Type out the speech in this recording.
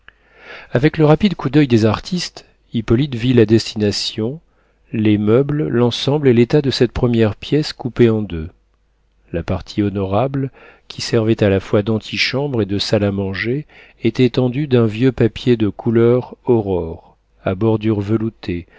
avec le rapide coup d'oeil des artistes hippolyte vit la destination les meubles l'ensemble et l'état de cette première pièce coupée en deux la partie honorable qui servait à la fois d'antichambre et de salle à manger était tendue d'un vieux papier de couleur aurore à bordure veloutée